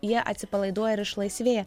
jie atsipalaiduoja ir išlaisvėja